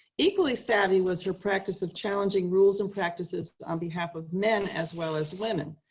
equally savvy was her practice of challenging rules and practices on behalf of men as well as women.